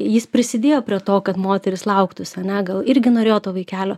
jis prisidėjo prie to kad moteris lauktųsi ane gal irgi norėjo to vaikelio